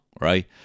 Right